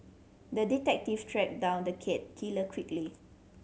the detective tracked down the cat killer quickly